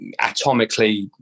atomically